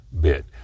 bit